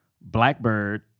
Blackbird